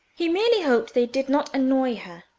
he merely hoped they did not annoy her.